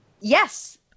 Yes